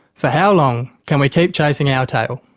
for how long can we keep chasing our tail?